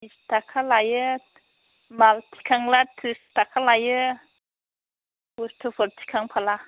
बिस थाखा लायो माल थिखांला ट्रिस थाखा लायो बुस्टुफोर थिखांब्ला